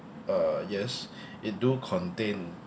uh yes it do contain